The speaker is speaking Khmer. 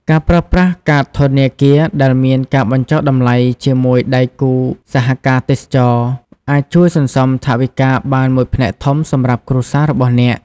ការប្រើប្រាស់កាតធនាគារដែលមានការបញ្ចុះតម្លៃជាមួយដៃគូសហការទេសចរណ៍ អាចជួយសន្សំថវិកាបានមួយផ្នែកធំសម្រាប់គ្រួសាររបស់អ្នក។